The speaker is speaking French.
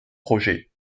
projet